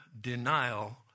denial